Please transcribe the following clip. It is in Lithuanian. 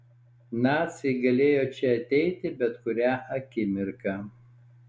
naciai galėjo čia ateiti bet kurią akimirką